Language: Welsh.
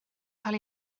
cael